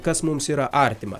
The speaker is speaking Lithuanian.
kas mums yra artima